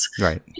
Right